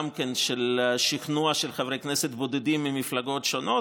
גם כן של שכנוע של חברי כנסת בודדים ממפלגות שונות,